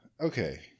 Okay